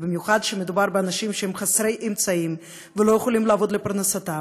במיוחד כשמדובר באנשים שהם חסרי אמצעים ולא יכולים לעבוד לפרנסתם.